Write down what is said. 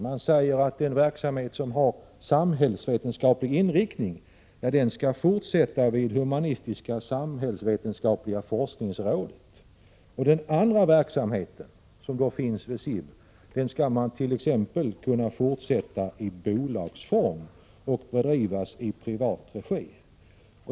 Man säger att den verksamhet som har samhällsvetenskaplig inriktning skall överföras till humanistisk-samhällsvetenskapliga forskningsrådet. Den övriga verksamheten vid SIB skall t.ex. kunna fortsätta i bolagsform och bedrivas i privat regi.